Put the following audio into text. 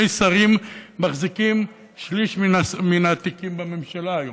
שרים מחזיקים שליש מן התיקים בממשלה היום.